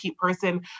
person